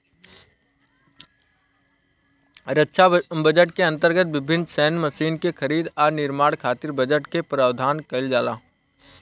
रक्षा budget के अंतर्गत विभिन्न सैन्य मशीन के खरीद आ निर्माण खातिर बजट के प्रावधान काईल जाला